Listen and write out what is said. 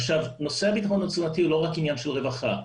נושא הבטחון התזונתי הוא לא רק עניין של רווחה.